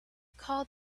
called